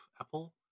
Apple